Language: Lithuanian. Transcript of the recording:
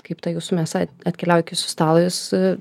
kaip ta jūsų mėsa atkeliauja iki jūsų stalo jūs